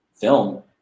film